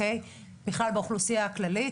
בכלל באוכלוסייה הכללית